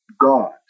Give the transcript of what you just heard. God